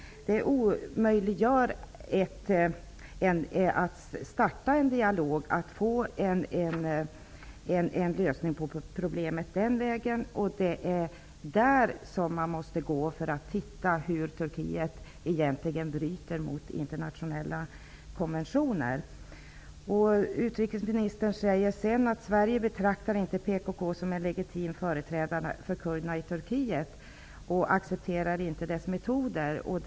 Det gör att det är omöjligt att starta en dialog och den vägen få en lösning på problemet. Man måste titta på detta för att se hur Turkiet egentligen bryter mot internationella konventioner. Utrikesministern säger att Sverige inte betraktar PKK som en legitim företrädare för kurderna i Turkiet och att Sverige inte accepterar dess metoder.